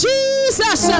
Jesus